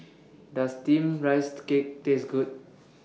Does Steamed Rice and Cake Taste Good